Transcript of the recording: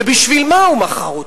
ובשביל מה הוא מכר אותם?